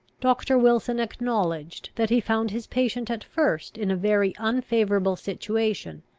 doctor wilson acknowledged, that he found his patient at first in a very unfavourable situation,